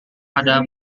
kepada